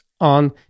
on